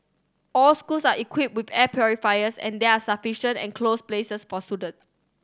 all schools are equipped with air purifiers and there are sufficient enclosed places for students